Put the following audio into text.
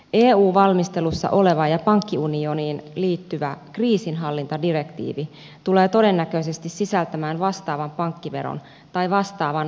eu valmistelussa oleva ja pankkiunioniin liittyvä kriisinhallintadirektiivi tulee todennäköisesti sisältämään vastaavan pankkiveron tai vastaavan puskurirahastomallin